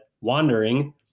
wandering